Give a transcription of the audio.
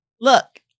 look